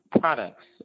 products